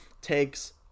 takes